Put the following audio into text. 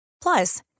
Plus